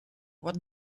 what